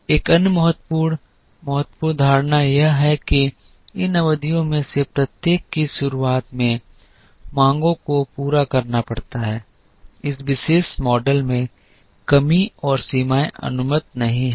एक अन्य महत्वपूर्ण महत्वपूर्ण धारणा यह है कि इन अवधियों में से प्रत्येक की शुरुआत में मांगों को पूरा करना पड़ता है इस विशेष मॉडल में कमी और सीमाएं अनुमत नहीं हैं